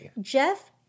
Jeff